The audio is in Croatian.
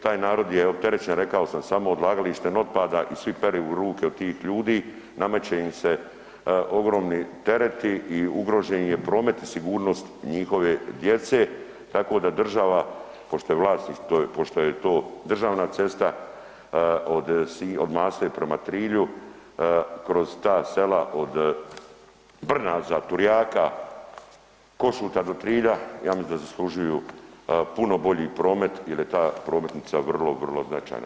Taj narod je opterećen, rekao sam, samo odlagalištem otpada i svi peru ruke od tih ljudi, nameće im se ogromni tereti i ugrožen im je promet i sigurnost njihove djece, tako da država, pošto je vlasnik to je, pošto je to državna cesta od Masle prema Trilju kroz ta sela od Brnaza, Turjaka, Košuta do Trilja ja mislim da zaslužuju puno bolji promet jel je ta prometnica vrlo vrlo značajna.